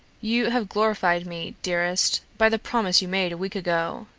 you have glorified me, dearest, by the promise you made a week ago.